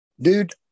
Dude